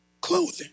clothing